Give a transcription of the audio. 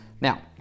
Now